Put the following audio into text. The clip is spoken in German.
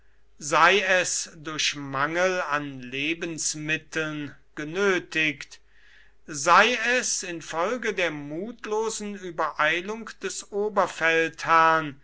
sei es durch mangel an lebensmitteln genötigt sei es infolge der mutlosen übereilung des